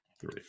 three